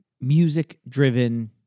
music-driven